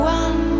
one